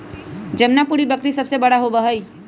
जमुनापारी बकरी सबसे बड़ा होबा हई